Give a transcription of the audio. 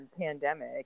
pandemic